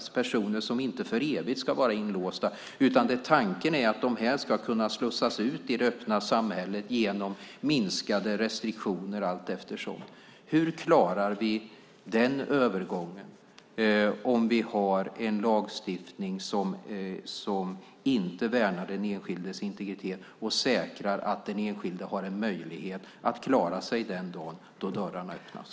Det är personer som inte för evigt ska vara inlåsta, utan tanken är att de ska kunna slussas ut i det öppna samhället genom minskade restriktioner allteftersom. Hur klarar vi den övergången om vi har en lagstiftning som inte värnar den enskildes integritet och säkrar att den enskilde har en möjlighet att klara sig den dag då dörrarna öppnas?